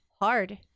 hard